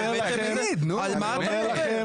על מה אתה מדבר?